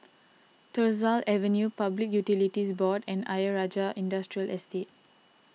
Tyersall Avenue Public Utilities Board and Ayer Rajah Industrial Estate